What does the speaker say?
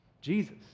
Jesus